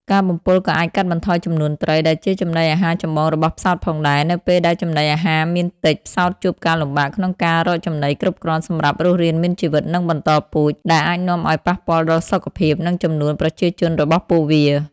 ការបំពុលក៏អាចកាត់បន្ថយចំនួនត្រី ដែលជាចំណីអាហារចម្បងរបស់ផ្សោតផងដែរ នៅពេលដែលចំណីអាហារមានតិច ផ្សោតជួបការលំបាកក្នុងការរកចំណីគ្រប់គ្រាន់សម្រាប់រស់រានមានជីវិត និងបន្តពូជ ដែលអាចនាំឱ្យប៉ះពាល់ដល់សុខភាព និងចំនួនប្រជាជនរបស់ពួកវា។។